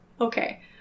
Okay